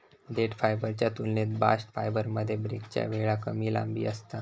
देठ फायबरच्या तुलनेत बास्ट फायबरमध्ये ब्रेकच्या वेळी कमी लांबी असता